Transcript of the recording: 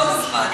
כל הזמן.